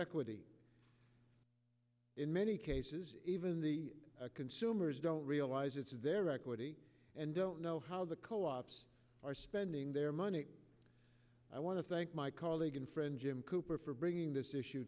equity in many cases even the consumers don't realize it's their equity and don't know how the co ops are spending their money i want to thank my colleague and friend jim cooper for bringing this issue